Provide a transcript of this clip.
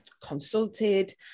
consulted